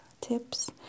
tips